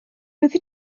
fyddi